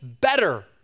better